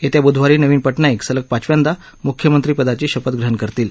येत्या बुधवारी नवीन पटनाईक सलग पाचव्यांदा मुख्यमंत्री पदाची शपथ ग्रहण करतील